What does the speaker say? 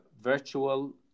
virtual